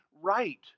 right